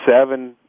seven